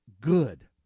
good